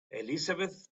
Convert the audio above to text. elizabeth